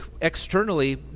externally